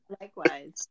Likewise